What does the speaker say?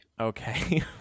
okay